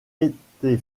été